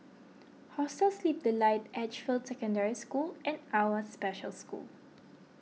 Hostel Sleep Delight Edgefield Secondary School and Awwa Special School